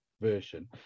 version